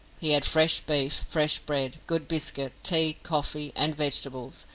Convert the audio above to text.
he had fresh beef, fresh bread, good biscuit, tea, coffee, and vegetables,